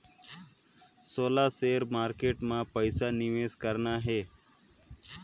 मोला share market मां पइसा निवेश करना हे?